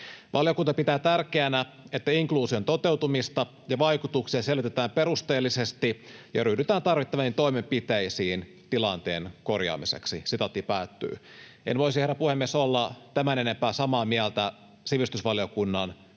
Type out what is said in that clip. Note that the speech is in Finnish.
Valiokunta pitää tärkeänä, että inkluusion toteutumista ja vaikutuksia selvitetään perusteellisesti ja ryhdytään tarvittaviin toimenpiteisiin tilanteen korjaamiseksi.” En voisi, herra puhemies, olla tämän enempää samaa mieltä sivistysvaliokunnan